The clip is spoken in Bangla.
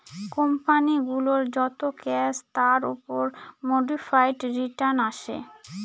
কোম্পানি গুলোর যত ক্যাশ তার উপর মোডিফাইড রিটার্ন আসে